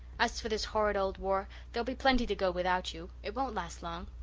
as for this horrid old war, there'll be plenty to go without you. it won't last long.